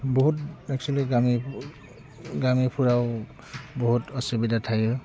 बहुद एक्सुयेलि गामि गामिफोराव बहुद असुबिदा थायो